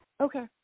Okay